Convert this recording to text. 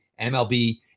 MLB